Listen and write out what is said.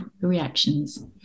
reactions